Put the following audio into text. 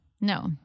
No